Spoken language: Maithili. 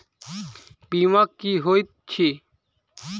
बीमा की होइत छी?